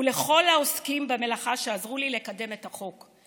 ולכל העוסקים במלאכה שעזרו לי לקדם את החוק.